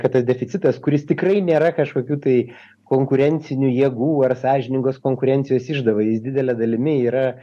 kad tas deficitas kuris tikrai nėra kažkokių tai konkurencinių jėgų ar sąžiningos konkurencijos išdava jis didele dalimi yra